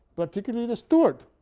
particularly the steward.